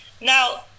Now